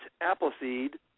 Appleseed